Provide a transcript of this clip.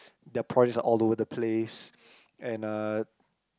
their prices are all over the place and uh